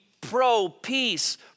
pro-peace